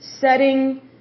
setting